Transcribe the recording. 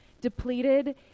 depleted